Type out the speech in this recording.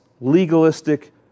legalistic